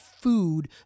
food